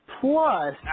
Plus